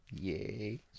Yay